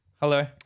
Hello